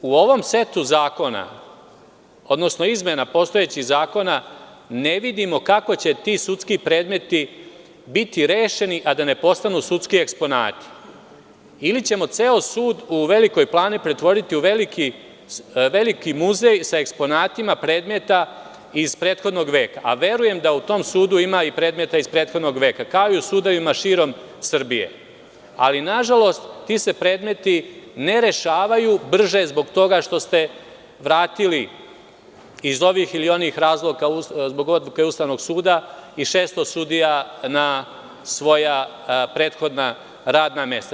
U ovom setu zakona, odnosno izmena postojećih zakona, ne vidimo kako će ti sudski predmeti biti rešeni, a da ne postanu sudski eksponati, ili ćemo ceo sud u Velioj Plani pretvoriti u veliki muzej sa eksponatima predmeta iz prethodnog veka, a verujem da u tom sudu ima i predmeta iz prethodnog veka, kao i u sudovima širom Srbije, ali nažalost, ti predmeti se ne rešavaju brže zbog toga što ste vratili iz ovih ili onih razloga, odluke Ustavnog suda i 600 sudija na svoja prethodna radna mesta.